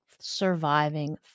surviving